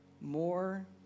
more